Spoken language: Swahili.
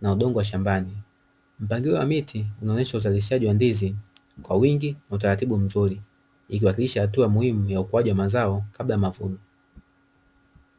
na udongo wa shambani, mpangilio wa miti unaonesha uzalishaji wa ndizi kwa wingi na utaratibu mzuri ikiwakilisha hatua muhimu ya ukuaji wa mazao kabla ya mavuno.